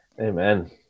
amen